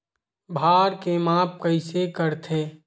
भार के माप कइसे करथे?